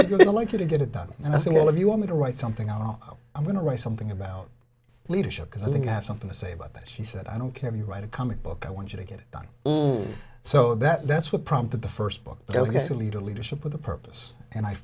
you to get it done and i said well if you want me to write something i know i'm going to write something about leadership because i think i have something to say about that she said i don't care if you write a comic book i want you to get it done so that that's what prompted the first book there was a leader leadership with a purpose and i